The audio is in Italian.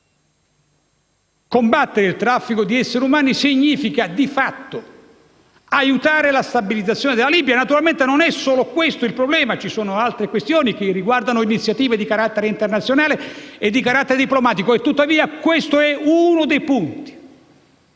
Combattere il traffico di esseri umani significa di fatto aiutare la stabilizzazione della Libia. Naturalmente non è solo questo il problema - ci sono altre questioni che riguardano iniziative di carattere internazionale e diplomatico - ma è uno dei punti,